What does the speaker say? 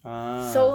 ah